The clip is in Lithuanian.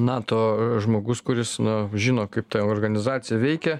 nato žmogus kuris na žino kaip ta organizacija veikia